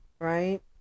Right